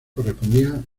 correspondían